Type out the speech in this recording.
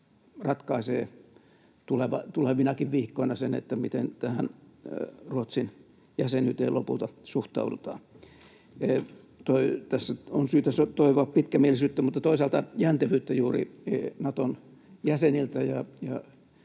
ratkaisee tulevinakin viikkoina sen, miten tähän Ruotsin jäsenyyteen lopulta suhtaudutaan. Tässä on syytä toivoa pitkämielisyyttä mutta toisaalta jäntevyyttä juuri Naton jäseniltä,